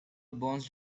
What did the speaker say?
bounced